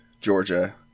Georgia